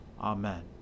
Amen